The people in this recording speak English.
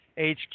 HQ